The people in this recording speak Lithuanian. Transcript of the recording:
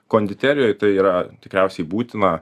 konditerijoj tai yra tikriausiai būtina